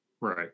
Right